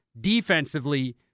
defensively